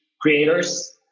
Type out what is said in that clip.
creators